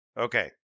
Okay